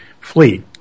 fleet